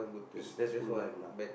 a stressful life lah